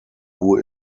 who